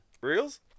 Reels